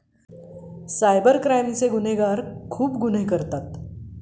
cyber क्राईमचे लोक खूप मदत करतात